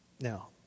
Now